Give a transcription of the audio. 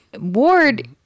Ward